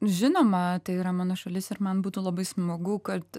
žinoma tai yra mano šalis ir man būtų labai smagu kad